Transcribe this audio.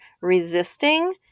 resisting